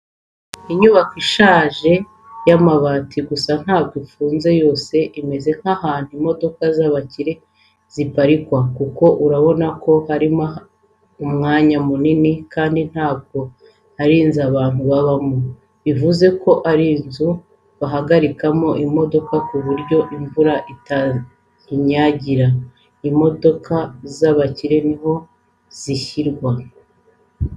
Inyubako isakaje amabati, gusa ntabwo ifunze yose imeze nk'ahantu imodoka z'abakire ziparikwa kuko urabona ko harimo umwanya munini kandi ntabwo ari inzu abantu babamo, bivuze ko ari inzu bahagarikamo imodoka ku buryo imvura itayinyagira. Imodoka z'abayobozi niho zishyirwa.